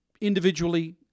individually